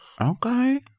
Okay